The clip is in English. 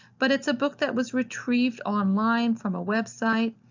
but it's a book that was retrieved online from a website,